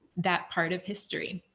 that part of history.